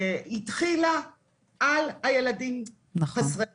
התחילה על הילדים חסרי הישע,